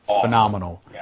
phenomenal